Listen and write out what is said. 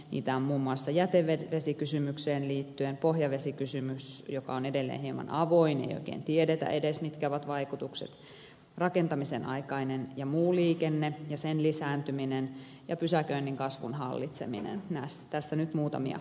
niitä on muun muassa jätevesikysymykseen liittyen pohjavesikysymys joka on edelleen hieman avoin ei oikein tiedetä edes mitkä ovat vaikutukset rakentamisen aikainen ja muu liikenne ja sen lisääntyminen ja pysäköinnin kasvun hallitseminen tässä nyt muutamia mainitakseni